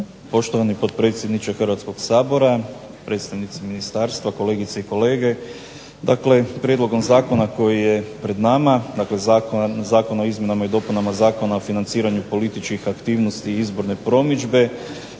Poštovani potpredsjedniče Hrvatskog sabora, predstavnici ministarstva, kolegice i kolege. Dakle prijedlogom zakona koji je pred nama, dakle Zakon o izmjenama i dopunama Zakona o financiranju političkih aktivnosti i izborne promidžbe